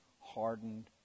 hardened